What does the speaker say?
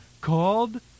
called